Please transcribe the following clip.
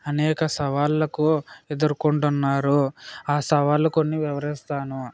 అనేక సవాళ్ళకు ఎదుర్కొంటున్నారు ఆ సవాళ్ళు కొన్ని వివరిస్తాను